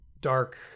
dark